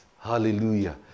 Hallelujah